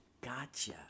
gotcha